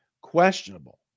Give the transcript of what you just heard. questionable